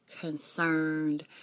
concerned